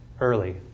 early